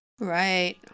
right